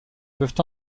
peuvent